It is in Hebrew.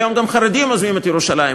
היום גם החרדים עוזבים את ירושלים.